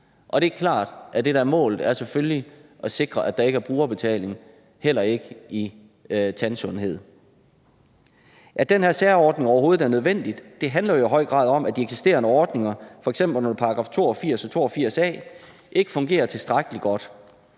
Det er klart, at det, der er målet, selvfølgelig er at sikre, at der ikke er brugerbetaling, heller ikke for tandsundhed. At den her særordning overhovedet er nødvendig handler jo i høj grad om, at de eksisterende ordninger, f.eks. under § 82 og § 82 a, ikke fungerer tilstrækkelig godt.